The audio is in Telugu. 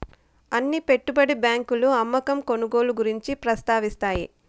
అన్ని పెట్టుబడి బ్యాంకులు అమ్మకం కొనుగోలు గురించి ప్రస్తావిస్తాయి